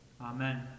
Amen